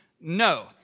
No